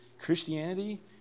Christianity